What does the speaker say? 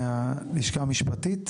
מהלשכה המשפטית